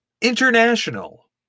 international